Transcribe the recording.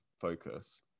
focus